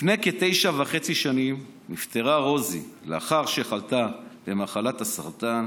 לפני כתשע שנים וחצי נפטרה רוזי לאחר שחלתה במחלת הסרטן.